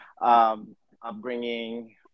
Upbringing